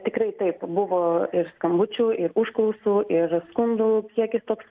tikrai taip buvo ir skambučių ir užklausų ir skundų kiekis toks